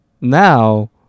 Now